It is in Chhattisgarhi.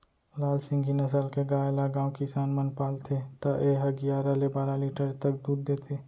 लाल सिंघी नसल के गाय ल गॉँव किसान मन पालथे त ए ह गियारा ले बारा लीटर तक दूद देथे